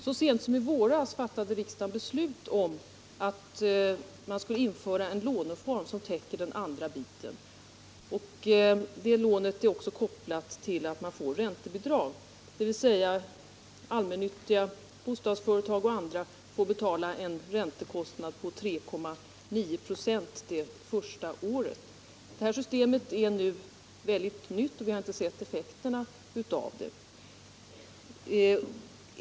Så sent som i våras fattade riksdagen beslut om att införa en låneform som täcker den andra biten, och till sådant lån är också kopplat ett räntebidrag, innebärande att allmännyttiga bostadsföretag och andra låntagarkategorier endast behöver betala en räntekostnad på 3,9 26 det första året. Detta system är helt nytt, och vi har inte sett effekterna av det.